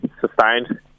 Sustained